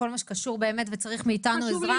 בכל מה שצריך מאתנו עזרה,